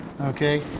Okay